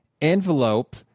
Envelope